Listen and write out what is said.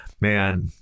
man